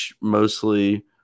mostly